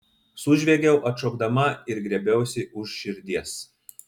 sužviegiau atšokdama ir griebiausi už širdies